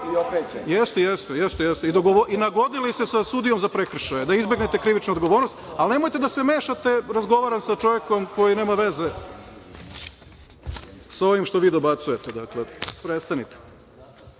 vreme.)I nagodili se sa sudijom za prekršaje da izbegnete krivičnu odgovornost. Nemojte da se mešate, razgovaram sa čovekom koji nema veze sa ovim što vi dobacujete. Ako je to